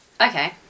okay